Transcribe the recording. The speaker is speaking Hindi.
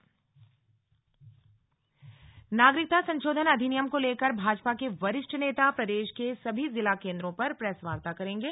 भाजपा सीएए बैठक नागरिकता संशोधन अधिनियम को लेकर भाजपा के वरिष्ठ नेता प्रदेश के सभी जिला केंद्रों पर प्रेस वार्ता करेंगे